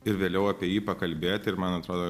ir vėliau apie jį pakalbėti ir man atrodo